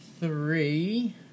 Three